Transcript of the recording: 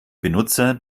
benutzer